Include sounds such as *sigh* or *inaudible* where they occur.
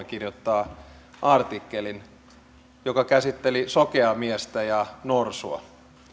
*unintelligible* kirjoittaa artikkelin joka käsitteli sokeaa miestä ja norsua